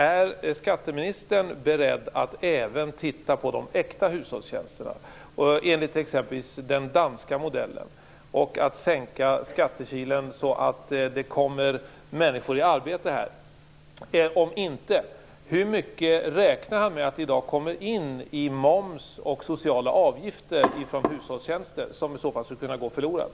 Är skatteministern beredd att även titta på de äkta hushållstjänsterna, enligt exempelvis den danska modellen, och att sänka skattekilen så att människor kommer i arbete? Om inte - hur mycket räknar han med att det i dag kommer in i form av moms och sociala avgifter från hushållstjänster och som skulle kunna gå förlorat?